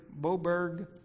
Boberg